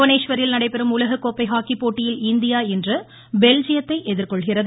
புவனேஸ்வரில் நடைபெறும் உலகக்கோப்பை ஹாக்கி போட்டியில் இந்தியா இன்று பெல்ஜியத்தை எதிர்கொள்கிறது